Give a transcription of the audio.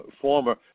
former